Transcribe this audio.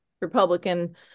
Republican